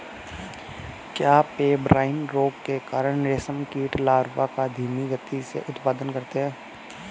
क्या पेब्राइन रोग के कारण रेशम कीट लार्वा का धीमी गति से उत्पादन करते हैं?